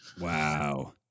Wow